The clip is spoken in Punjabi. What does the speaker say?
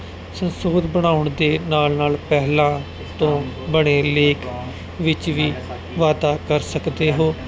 ਸੰਸੋਧ ਬਣਾਉਣ ਦੇ ਨਾਲ ਨਾਲ ਪਹਿਲਾਂ ਤੋਂ ਬਣੇ ਲੇਖ ਵਿੱਚ ਵੀ ਵਾਧਾ ਕਰ ਸਕਦੇ ਹੋ